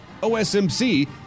OSMC